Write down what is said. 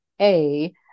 A-